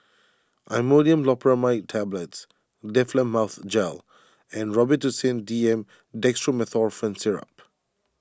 Imodium Loperamide Tablets Difflam Mouth Gel and Robitussin D M Dextromethorphan Syrup